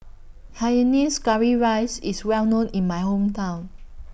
Hainanese Curry Rice IS Well known in My Hometown